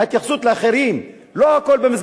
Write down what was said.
התייחסו אליהם בצורה